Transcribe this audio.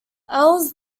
els